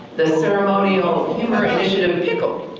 this ceremonial humor initiative pickle.